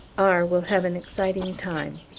r. will have an exciting time.